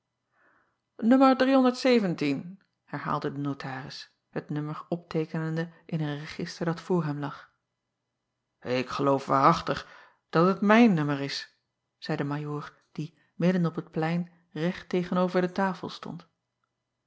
ummer herhaalde de otaris het nummer opteekenende in een register dat voor hem lag acob van ennep laasje evenster delen k geloof waarachtig dat het mijn nummer is zeî de ajoor die midden op het plein recht tegen-over de tafel stond